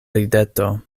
rideto